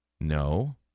No